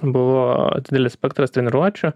buvo didelis spektras treniruočių